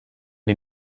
die